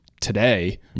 today